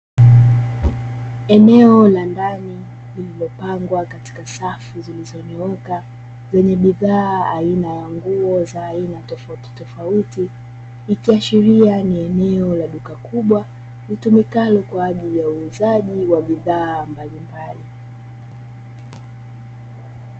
Eneo la ndani katika safu zilizonyooka zenye bidhaa aina ya nguo za aina tofautitofauti, ikiashiria ni eneo la duka kubwa litumikalo kwa ajili ya uuzaji wa bidhaa mbalimbali.